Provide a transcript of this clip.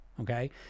okay